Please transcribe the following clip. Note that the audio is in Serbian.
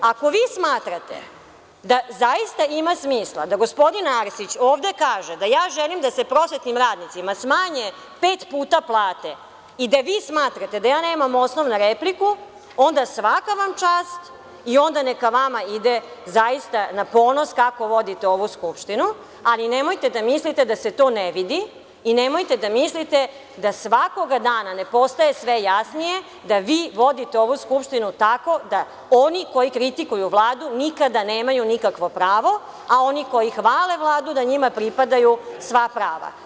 Ako vi smatrate da zaista ima smisla da gospodin Arsić ovde kaže da ja želim da se prosvetnim radnicima smanje pet puta plate i da vi smatrate da ja nemam osnova na repliku, onda svaka vam čast i onda neka vama ide zaista na ponos kako vodite ovu Skupštinu, ali nemojte da mislite da se to ne vidi i nemojte da mislite da svakoga dana ne postaje sve jasnije da vi vodite ovu Skupštinu tako da oni koji kritikuju Vladu nikada nemaju nikakvo pravo, a oni koji hvale Vladu da njima pripadaju sva prava.